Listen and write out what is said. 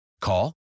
Call